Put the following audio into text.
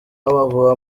w’amavubi